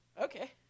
okay